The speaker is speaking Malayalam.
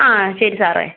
ആ ശരി സാറേ